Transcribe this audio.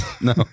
No